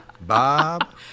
bob